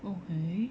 oh okay